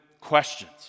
questions